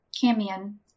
Camion